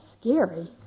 scary